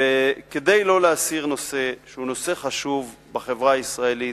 וכדי שלא להסיר נושא שהוא נושא חשוב בחברה הישראלית,